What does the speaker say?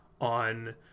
on